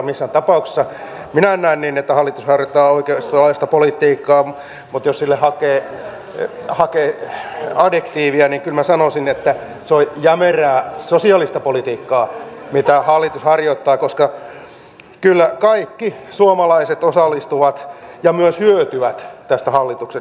missään tapauksessa minä en näe niin että hallitus harjoittaa oikeistolaista politiikkaa mutta jos sille hakee adjektiivia niin kyllä minä sanoisin että se on jämerää sosiaalista politiikkaa mitä hallitus harjoittaa koska kyllä kaikki suomalaiset osallistuvat ja myös hyötyvät tästä hallituksen politiikasta